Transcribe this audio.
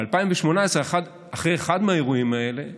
ב-2018, אחרי אחד מהאירועים האלה,